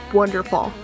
wonderful